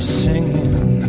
singing